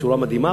בצורה מדהימה,